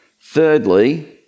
Thirdly